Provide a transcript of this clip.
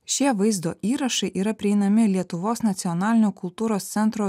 šie vaizdo įrašai yra prieinami lietuvos nacionalinio kultūros centro